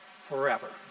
forever